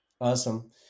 Awesome